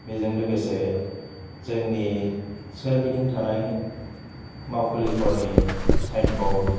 बेजों लोगोसे जोंनि सोरगिदिं थानाय मावखुलिफोरनि साइनबर्द